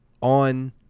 On